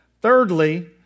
Thirdly